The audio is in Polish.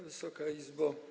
Wysoka Izbo!